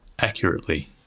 accurately